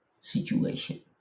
situation